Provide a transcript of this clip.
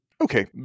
Okay